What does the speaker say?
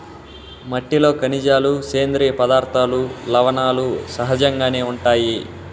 మట్టిలో ఖనిజాలు, సేంద్రీయ పదార్థాలు, లవణాలు సహజంగానే ఉంటాయి